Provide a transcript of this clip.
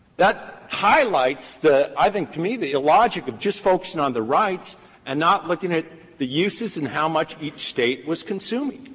that highlights the, i think to me, the illogic of just focusing on the rights and not looking at the uses and how much each state was consuming,